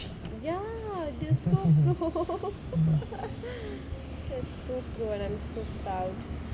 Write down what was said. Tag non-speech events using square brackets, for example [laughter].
ya they so pro [laughs] [laughs] that's so pro and I'm so proud